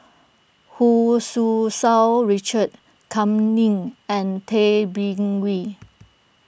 Hu Tsu Tau Richard Kam Ning and Tay Bin Wee